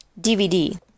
DVD